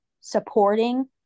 supporting